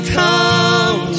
come